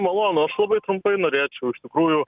malonu aš labai trumpai norėčiau iš tikrųjų